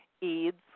EADS